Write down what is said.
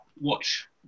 watch